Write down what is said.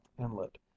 inlet